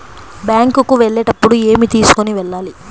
Bank కు వెళ్ళేటప్పుడు ఏమి తీసుకొని వెళ్ళాలి?